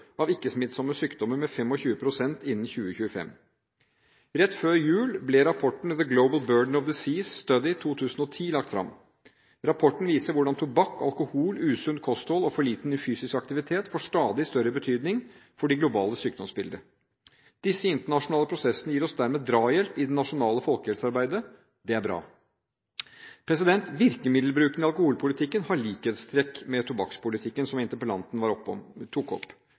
av ikke-smittsomme sykdommer med 25 pst. innen 2025. Rett før jul ble rapporten The Global Burden of Disease Study 2010 lagt fram. Rapporten viser hvordan tobakk, alkohol, usunt kosthold og for lite fysisk aktivitet får stadig større betydning for det globale sykdomsbildet. Disse internasjonale prosessene gir oss dermed drahjelp i det nasjonale folkehelsearbeidet. Det er bra. Virkemiddelbruken i alkoholpolitikken har likhetstrekk med tobakkspolitikken, som interpellanten tok opp: